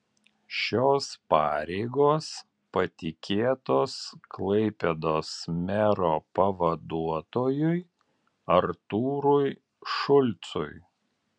šios pareigos patikėtos klaipėdos mero pavaduotojui artūrui šulcui